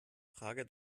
frage